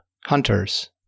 hunters